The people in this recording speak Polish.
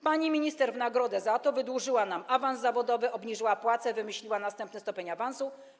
Pani minister w nagrodę za to wydłużyła nam awans zawodowy, obniżyła płace, wymyśliła następny stopień awansu.